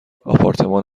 آپارتمان